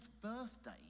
birthday